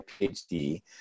PhD